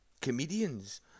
comedians